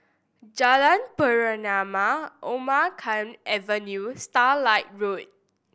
Jalan Pernama Omar Khayyam Avenue Starlight Road